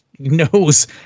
knows